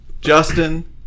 Justin